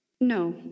No